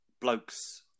blokes